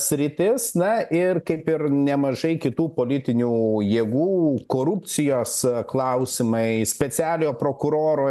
sritis na ir kaip ir nemažai kitų politinių jėgų korupcijos klausimai specialiojo prokuroro